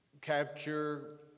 capture